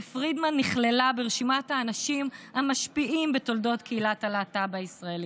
ופרידמן נכללה ברשימת האנשים המשפיעים בתולדות קהילת הלהט"ב הישראלית.